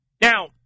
Now